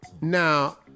Now